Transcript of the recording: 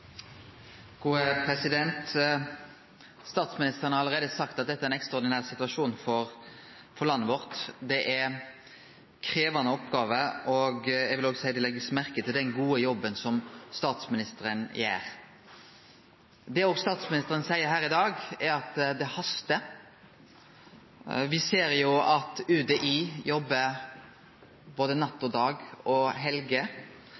ein ekstraordinær situasjon for landet vårt. Det er ei krevjande oppgåve. Eg vil òg seie at den gode jobben som statsministeren gjer, blir lagd merke til. Det statsministeren òg seier her i dag, er at det hastar. Me ser at UDI jobbar både natt